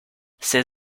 ces